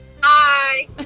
Hi